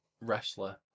wrestler